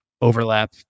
overlap